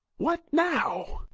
what now!